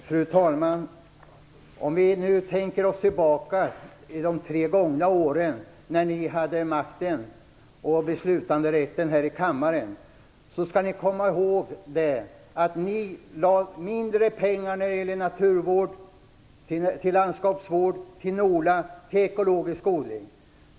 Fru talman! Om vi nu tänker oss tillbaka till de tre gångna åren när ni hade makten och beslutanderätten här i kammaren skall ni komma ihåg att ni föreslog mindre pengar till naturvård, landskapsvård, NOLA eller till ekologisk odling.